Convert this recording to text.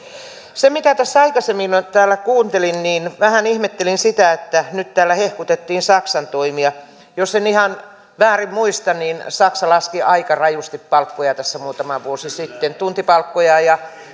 kun tässä tätä aikaisemmin täällä kuuntelin niin vähän ihmettelin sitä että nyt täällä hehkutettiin saksan toimia jos en ihan väärin muista niin saksa laski aika rajusti palkkoja tässä muutama vuosi sitten tuntipalkkoja